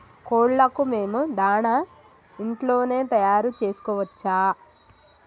కోళ్లకు మేము దాణా ఇంట్లోనే తయారు చేసుకోవచ్చా?